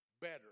better